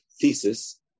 Thesis